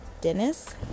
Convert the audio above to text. Dennis